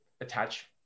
attach